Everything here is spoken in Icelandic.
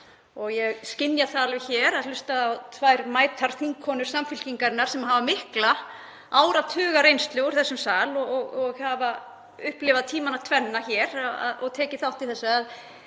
Ég skynja það alveg hér við að hlusta á tvær mætar þingkonur Samfylkingarinnar sem hafa áratugareynslu úr þessum sal og hafa upplifað tímana tvenna hér og tekið þátt í þessu að